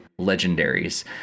legendaries